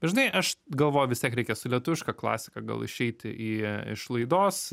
žinai aš galvoju vis tiek reikia su lietuviška klasika gal išeiti i iš laidos